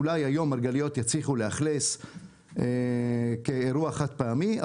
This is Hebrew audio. אולי היום מרגליות יצליחו לאכלס כאירוע חד פעמי,